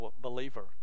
believer